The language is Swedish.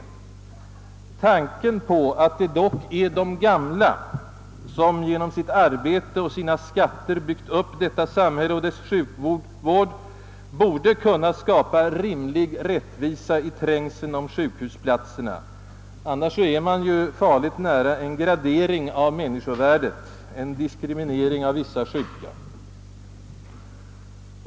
Det förhållandet, att det dock är de gamla som genom sitt arbete och sina skatter byggt upp detta samhälle och dess sjukvård, borde motivera att det skapas rimlig rättvisa i trängseln om sjukhusplatserna. Annars är man ju farligt nära en gradering av människovärdet, en diskriminering av vissa sjuka.